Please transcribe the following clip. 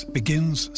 begins